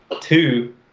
Two